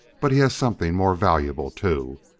but he has something more valuable too.